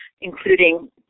including